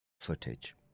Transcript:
footage